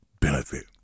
benefit